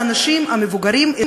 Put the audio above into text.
מהאנשים המבוגרים,